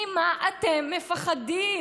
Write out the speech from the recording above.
ממה אתם מפחדים,